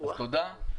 תודה.